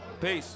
Peace